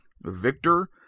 Victor